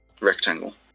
rectangle